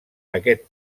aquest